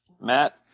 Matt